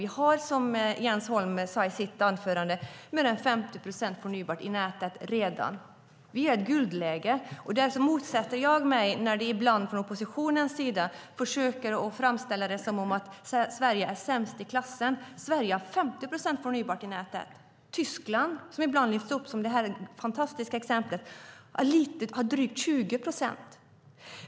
Vi har, som Jens Holm sade i sitt anförande, redan mer än 50 procent förnybart i nätet. Vi är i ett guldläge. Därför motsätter jag mig när man ibland från oppositionens sida försöker att framställa det som att Sverige är sämst i klassen. Sverige har 50 procent förnybart i nätet. Tyskland, som ibland lyfts fram som ett fantastiskt exempel, har drygt 20 procent.